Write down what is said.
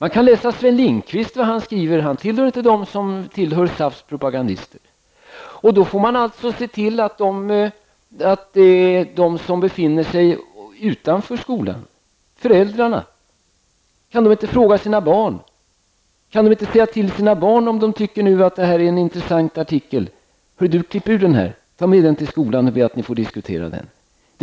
Man kan läsa vad Sven Lindqvist skriver. Han tillhör inte SAFs propagandister. Man får också se till att engagera dem som befinner sig utanför skolan, t.ex. föräldrarna. De kan väl fråga sina barn och uppmana dem: ''Klipp ur den här intressanta artikeln! Ta med den till skolan och be att ni får diskutera innehållet!''